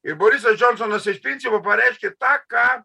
ir borisas džionsonas iš principo pareiškė tą ką